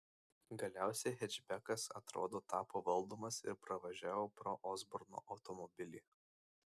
galiausiai hečbekas atrodo tapo valdomas ir pravažiavo pro osborno automobilį